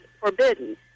forbidden